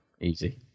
Easy